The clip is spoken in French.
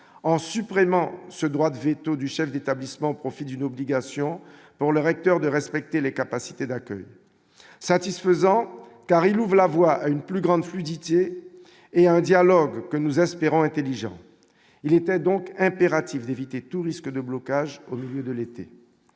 en supprimant ce droit de véto du chef d'établissement profit d'une obligation pour le recteur de respecter les capacités d'accueil satisfaisant car il ouvre la voie à une plus grande fluidité et un dialogue que nous espérons, intelligent, il était donc impératif d'éviter tout risque de blocage au milieu de l'été,